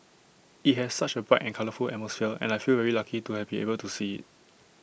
IT has such A bright and colourful atmosphere and I feel very lucky to have been able to see IT